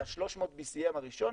זה ה-300 BCM הראשון,